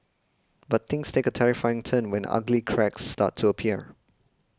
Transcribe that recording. but things take a terrifying turn when ugly cracks started to appear